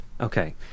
Okay